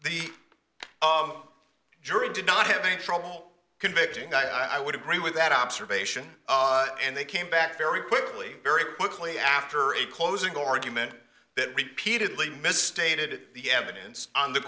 the jury did not have any trouble convicting i would agree with that observation and they came back very quickly very quickly after a closing argument that repeated lee misstated the evidence on the